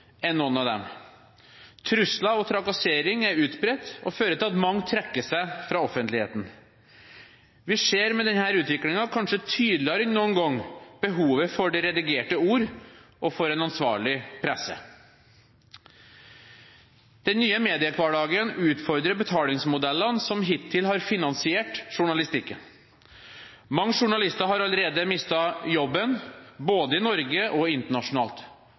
noen av dem. Trusler og trakassering er utbredt og fører til at mange trekker seg fra offentligheten. Vi ser med denne utviklingen kanskje tydeligere enn noen gang behovet for det redigerte ord og en ansvarlig presse. Den nye mediehverdagen utfordrer betalingsmodellene som hittil har finansiert journalistikken. Mange journalister har allerede mistet jobben både i Norge og internasjonalt.